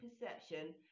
perception